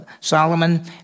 Solomon